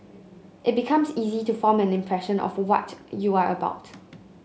it becomes easy to form an impression of what you are about